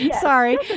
Sorry